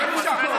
שב במקום.